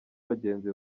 bagenzi